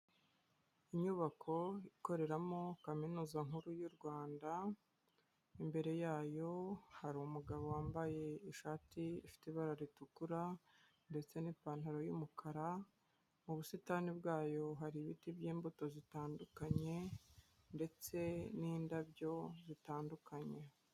Inyubako ikoreramo Kaminuza Nkuru y'u Rwanda, imbere yayo hari umugabo wambaye ishati ifite ibara ritukura ndetse n'ipantaro y'umukara, mu busitani bwayo hari ibiti by'imbuto zitandukanye ndetse n'indabyo zitandukanye.